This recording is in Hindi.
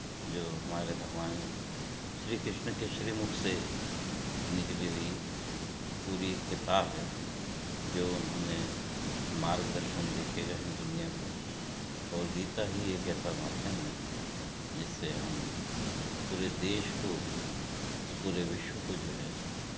जो हमारे भगवान श्री कृष्ण के श्रीमुख से निकली हुई पूरी एक किताब है जो उन्होंने मार्गदर्शन देके अहम दुनिया को और गीता ही एक ऐसा माध्यम है जिससे हम पूरे देश को पूरे विश्व को जो है